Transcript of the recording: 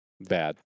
Bad